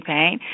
Pain